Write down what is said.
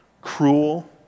cruel